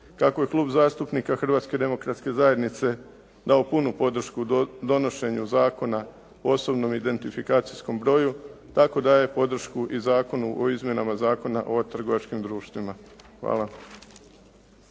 Tako je Klub zastupnika Hrvatske demokratske zajednice dao punu podršku donošenju Zakona o osobnom identifikacijskom broju, tako daje podršku i Zakonu o izmjenama Zakona o trgovačkim društvima. Hvala.